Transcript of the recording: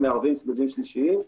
שמערבים סוגים שלישיים,